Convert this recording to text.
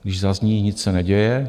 Když zazní, nic se neděje.